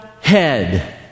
head